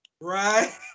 Right